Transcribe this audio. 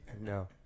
No